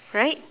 right